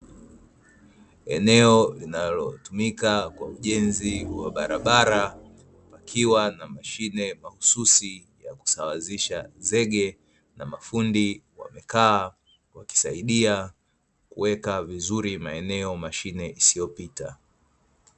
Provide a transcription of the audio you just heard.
Eneo linalotumika kwa ujenzi wa barabara pakiwa na mashine mahususi ya kusawazisha zege na mafundi wamekaa wakisaidia kuweka vizuri maeneo mashine isiyopita.